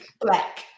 Black